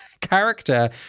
character